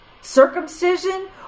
Circumcision